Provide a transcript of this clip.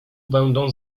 będą